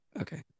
Okay